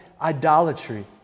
idolatry